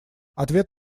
ответ